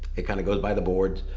it kind of goes by the boards.